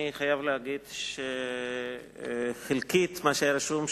אני חייב להגיד שחלקית מה שהיה רשום,